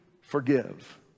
forgive